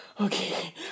okay